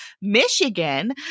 Michigan